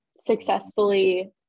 successfully